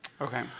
okay